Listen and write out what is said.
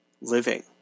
living